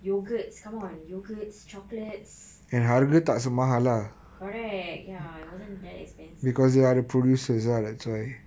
yogurts come on yogurts chocolates correct ya it wasn't that expensive